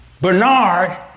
Bernard